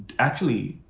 actually,